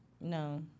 No